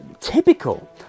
typical